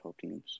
teams